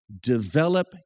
develop